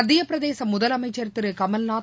மத்தியப் பிரதேச முதலம்ச்ச் திரு கமல்நாத்